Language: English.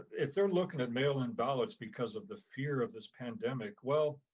if they're looking at mail in ballots because of the fear of this pandemic, well,